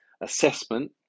assessment